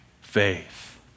faith